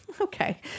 okay